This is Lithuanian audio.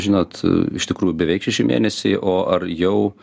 žinot iš tikrųjų beveik šeši mėnesiai o ar jau